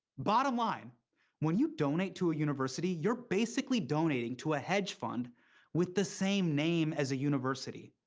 bottom line when you donate to a university, you're basically donating to a hedge fund with the same name as a university.